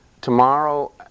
Tomorrow